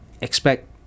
expect